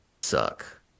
suck